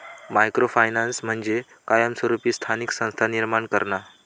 micro finance म्हणजे कायमस्वरूपी स्थानिक संस्था निर्माण करणा